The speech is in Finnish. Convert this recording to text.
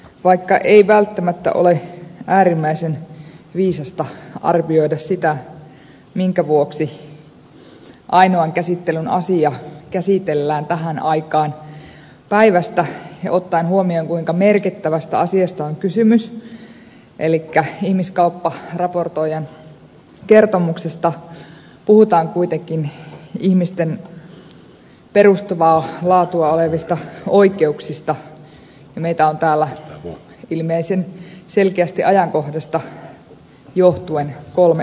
vaikka ei välttämättä ole äärimmäisen viisasta arvioida sitä minkä vuoksi ainoan käsittelyn asia käsitellään tähän aikaan päivästä ja kun ottaa huomioon kuinka merkittävästä asiasta on kysymys elikkä ihmiskaupparaportoijan kertomuksesta puhutaan kuitenkin ihmisten perustavaa laatua olevista oikeuksista niin ilmeisen selkeästi ajankohdasta johtuen meitä on täällä kolme edustajaa paikalla